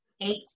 Eight